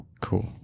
Cool